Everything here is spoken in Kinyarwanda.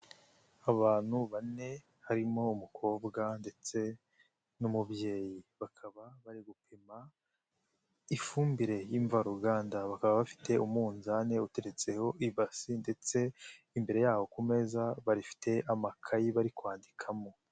Abantu bane harimo umukobwa ndetse n'umubyeyi bakaba bari gupima ifumbire y'imvaruganda, bakaba bafite umunzani uteretseho ibasi ndetse imbere yabo ku meza bafite amakayi bari kwandikamo.